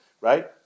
Right